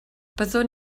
byddwn